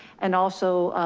and also